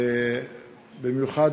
ובמיוחד